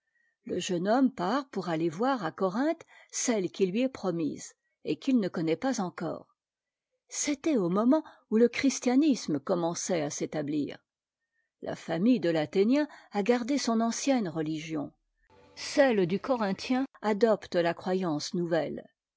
le jeune homme part pour aller voir à çorinthé celle qm tui est promtse et qu'il ne cdnna t pas encore c'était au moment où te christianisme commençait à s'établir la famitte de l'athénien a a gardé son ancienne religion cette du corinthien adopte la croyance nouvette